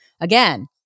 Again